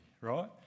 right